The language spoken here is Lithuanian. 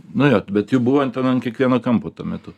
na jo bet jų buvo ten ant kiekvieno kampo tuo metu